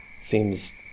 seems